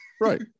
right